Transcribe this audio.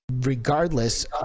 regardless